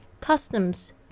customs